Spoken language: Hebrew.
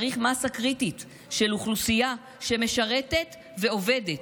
צריך מסה קריטית של אוכלוסייה שמשרתת ועובדת.